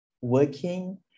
working